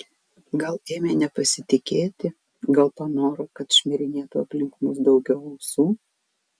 gal ėmė nepasitikėti gal panoro kad šmirinėtų aplink mus daugiau ausų